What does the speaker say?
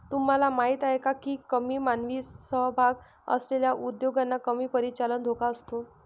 तुम्हाला माहीत आहे का की कमी मानवी सहभाग असलेल्या उद्योगांना कमी परिचालन धोका असतो?